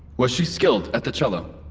was she skilled at the cello?